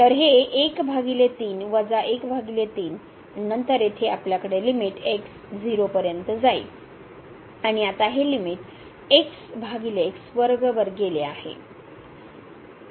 तर हे 13 वजा 13 आणि नंतर येथे आपल्याकडे लिमिट x 0 पर्यंत जाईल आणि आता हे लिमिट x भागिले वर गेले आहे